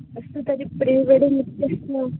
अस्तु तर्हि प्रीवेडिङ्ग् इतस्य